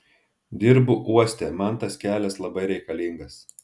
dirbu uoste man tas kelias labai reikalingas